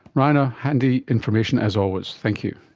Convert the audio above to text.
raina, handy information as always, thank you.